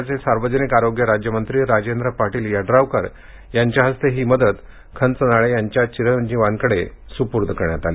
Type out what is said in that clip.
राज्याचे सार्वजनिक आरोग्य राज्यमंत्री राजेंद्र पाटील यड्रावकर यांच्या हस्ते ही मदत खंचनाळे यांच्या चिरंजीवांकडे सुपूर्द करण्यात आली